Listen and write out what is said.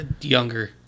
younger